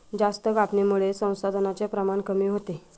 जास्त कापणीमुळे संसाधनांचे प्रमाण कमी होते